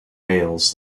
males